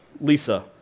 Lisa